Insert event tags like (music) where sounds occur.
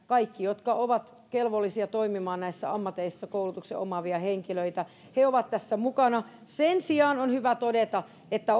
kaikki jotka ovat kelvollisia toimimaan näissä ammateissa koulutuksen omaavia henkilöitä ovat tässä mukana sen sijaan on hyvä todeta että (unintelligible)